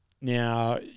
Now